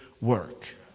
Work